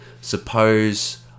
Suppose